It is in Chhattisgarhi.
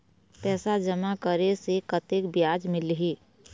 पैसा जमा करे से कतेक ब्याज मिलही?